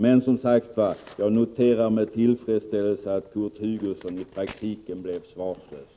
Men, som sagt, jag noterar med tillfredsställelse att Kurt Hugosson i praktiken blev svarslös.